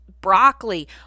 broccoli